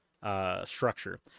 structure